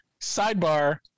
Sidebar